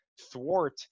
thwart